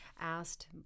asked